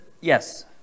Yes